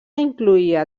incloïa